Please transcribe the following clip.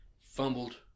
Fumbled